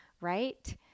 right